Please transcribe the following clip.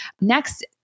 Next